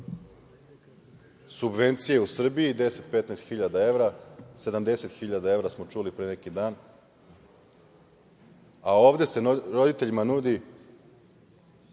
Subvencije u Srbiji 10, 15 hiljada evra, 70 hiljada evra smo čuli pre neki dan, a ovde se roditeljima nudi